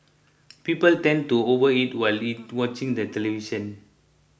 people tend to overeat while watching the television